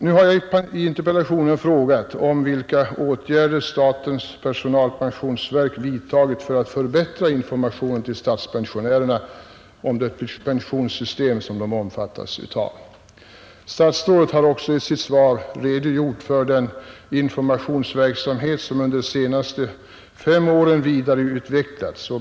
Nu har jag i interpellationen frågat vilka åtgärder statens personalpensionsverk vidtagit för att förbättra informationen till statspensionärerna om det pensionssystem de omfattas av. Statsrådet har också i sitt svar redogjort för den informationsverksamhet som under de senaste fem åren vidareutvecklats.